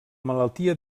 malaltia